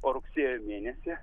o rugsėjo mėnesį